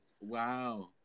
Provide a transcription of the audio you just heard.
wow